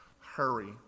hurry